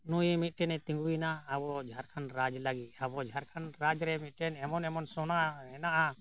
ᱱᱩᱭ ᱢᱤᱫᱴᱮᱱᱮ ᱛᱤᱸᱜᱩᱭᱮᱱᱟ ᱟᱵᱚ ᱡᱷᱟᱲᱠᱷᱚᱸᱰ ᱨᱟᱡᱽ ᱞᱟᱹᱜᱤᱫ ᱟᱵᱚ ᱡᱷᱟᱲᱠᱷᱚᱸᱰ ᱨᱟᱡᱽ ᱨᱮ ᱢᱤᱫᱴᱮᱱ ᱮᱢᱚᱱ ᱮᱢᱚᱱ ᱥᱚᱱᱟ ᱦᱮᱱᱟᱜᱼᱟ